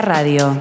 Radio